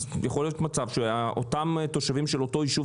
יכול להיות מצב שאותם תושבים של אותו ישוב